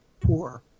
poor